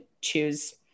choose